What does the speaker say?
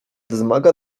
wzmaga